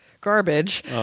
garbage